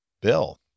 Bill